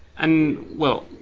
and well,